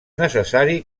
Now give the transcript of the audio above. necessari